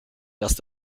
erst